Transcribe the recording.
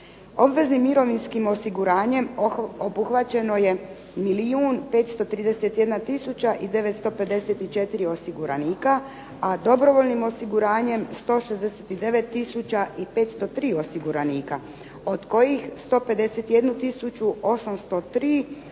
Obveznim mirovinskim osiguranjem obuhvaćeno je milijun 531 tisuća i 954 osiguranika, a dobrovoljnim osiguranjem 169 tisuća i 503 osiguranika